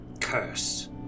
curse